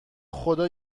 خدا